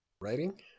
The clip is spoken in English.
Writing